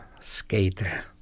skater